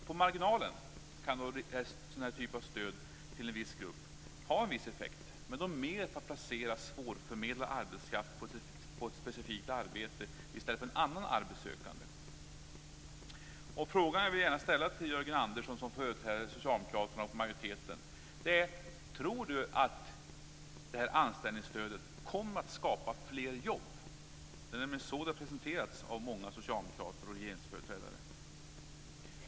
På marginalen kan en sådan här typ av stöd till en viss grupp ha en viss effekt men då mer för att placera svårförmedlad arbetskraft på ett specifikt arbete i stället för en annan arbetssökande. Den fråga som jag gärna vill ställa till Jörgen Andersson som företrädare för socialdemokraterna och majoriteten är: Tror du att det här anställningsstödet kommer att skapa fler jobb? Det är nämligen så det här har presenterats av många socialdemokrater och regeringsföreträdare.